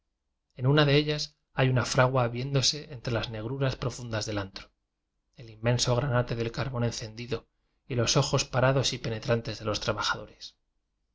en una de ellas hay una fragua viéndose entre las negruras profundas del antro el inmenso granate del carbón encendido y los ojos parados y penetrantes de los trabajadores